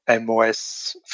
MOS